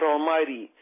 Almighty